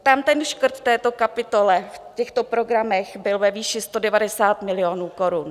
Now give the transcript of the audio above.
Tam ten škrt v této kapitole v těchto programech byl ve výši 190 milionů korun.